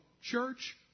Church